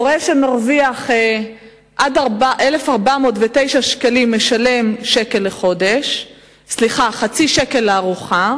הורה שמרוויח עד 1,409 שקלים משלם חצי שקל לארוחה